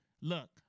look